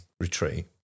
retreat